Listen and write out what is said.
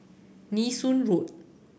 Nee Soon Road